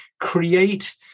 create